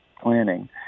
planning